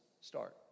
start